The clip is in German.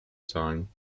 zahlen